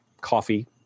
coffee